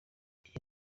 iyi